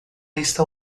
está